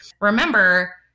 remember